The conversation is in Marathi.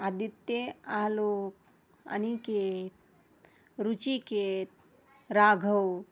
आदित्य आलोक अनिकेत रुचिकेत राघव